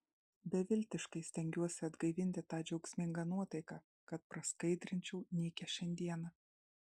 beviltiškai stengiuosi atgaivinti tą džiaugsmingą nuotaiką kad praskaidrinčiau nykią šiandieną